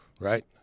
right